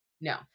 no